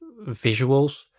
visuals